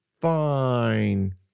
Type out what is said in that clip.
fine